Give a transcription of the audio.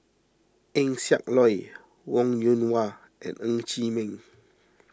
Eng Siak Loy Wong Yoon Wah and Ng Chee Meng